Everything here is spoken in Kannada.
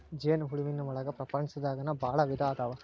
ಜೇನ ಹುಳುವಿನ ಒಳಗ ಪ್ರಪಂಚದಾಗನ ಭಾಳ ವಿಧಾ ಅದಾವ